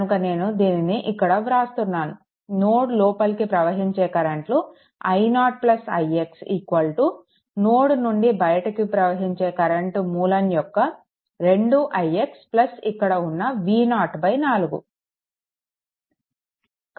కనుక నేను దీనిని ఇక్కడ వ్రాస్తున్నాను నోడ్ లోపలికి ప్రవహించే కరెంట్లు i0 ix నోడ్ నుండి బయటికి ప్రవహించే కరెంట్ మూలం యొక్క 2 ix ఇక్కడ ఉన్న V0 4